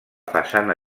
façana